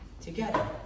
together